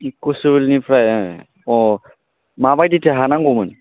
गसाइगावनिफ्राय अ माबायदिथो हा नांगौमोन